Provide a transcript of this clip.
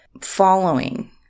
following